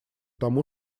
тому